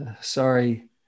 sorry